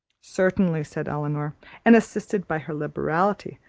certainly, said elinor and assisted by her liberality,